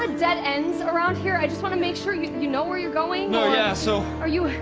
ah dead ends around here i just wanna make sure you you know where you're going? no, yeah, so are you?